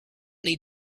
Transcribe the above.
need